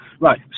Right